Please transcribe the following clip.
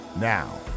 now